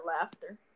laughter